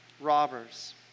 Robbers